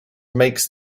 makes